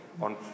On